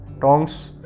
tongs